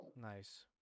Nice